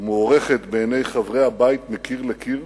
מוערכת בעיני חברי הבית מקיר לקיר,